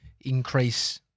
increase